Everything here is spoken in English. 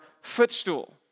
footstool